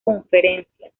conferencias